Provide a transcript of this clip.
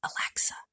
Alexa